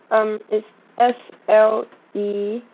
um it's S L E